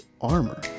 armor